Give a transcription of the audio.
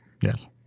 Yes